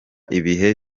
ibihe